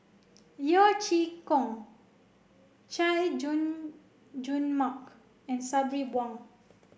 Yeo Chee Kiong Chay Jung Jun Mark and Sabri Buang